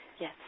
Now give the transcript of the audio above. Yes